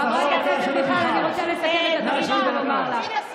השרה רוצה,